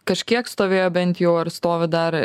kažkiek stovėjo bent jau ar stovi dar